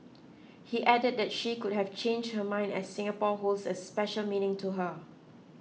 he added that she could have change her mind as Singapore holds a special meaning to her